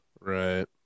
Right